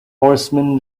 horseman